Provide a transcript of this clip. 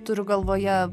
turiu galvoje